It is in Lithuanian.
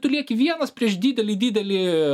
tu lieki vienas prieš didelį didelį